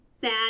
bad